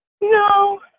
No